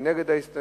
מי נגד ההסתייגות?